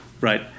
Right